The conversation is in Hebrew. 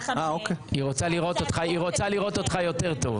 היא רוצה לראות אותך יותר טוב.